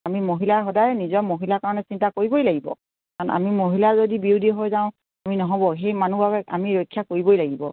আমি মহিলা সদায় নিজৰ মহিলাৰ কাৰণে চিন্তা কৰিবই লাগিব কাৰণ আমি মহিলা যদি বিৰোধী হৈ যাওঁ আমি নহ'ব সেই মানুহ বাবে আমি ৰক্ষা কৰিবই লাগিব